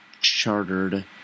chartered